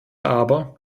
aber